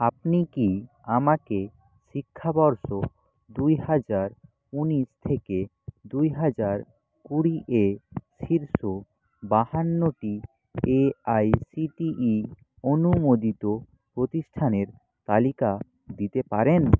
আপনি কি আমাকে শিক্ষাবর্ষ দুই হাজার উনিশ থেকে দুই হাজার কুড়ি এ শীর্ষ বাহান্নটি A I C T E অনুমোদিত প্রতিষ্ঠানের তালিকা দিতে পারেন